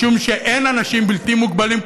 משום שאין אנשים בלתי מוגבלים,